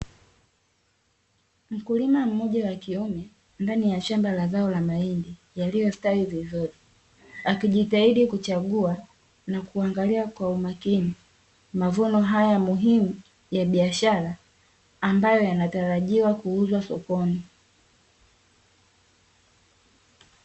Mkulima mmoja wakiume ndani ya shamba la zao la mahindi yaliyostawi vizuri, akijitahidi kuchagua na kuangalia kwa umakini mavuno haya muhimu ya biashara ambayo yanatarajiwa kuuzwa sokoni.